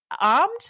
armed